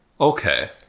Okay